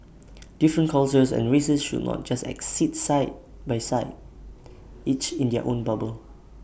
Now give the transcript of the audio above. different cultures and races should not just exist side by side each in their own bubble